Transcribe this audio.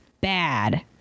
bad